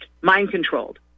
mind-controlled